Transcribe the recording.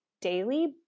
daily